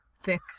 thick